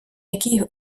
який